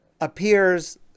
appears